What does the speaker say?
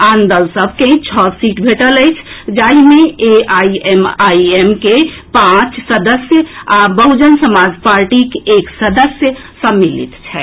आन दल सभ के छओ सीट भेटल अछि जाहि मे एआईएमआईएम के पांच सदस्य आ बहुजन समाज पार्टीक एक सदस्य सम्मिलित छथि